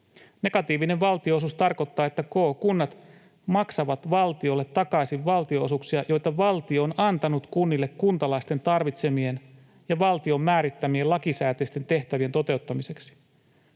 Negatiivinen valtionosuus tarkoittaa, että ko. kunnat maksavat valtiolle takaisin valtionosuuksia, joita valtio on antanut kunnille kuntalaisten tarvitsemien ja valtion määrittämien lakisääteisten tehtävien toteuttamiseksi.